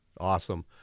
Awesome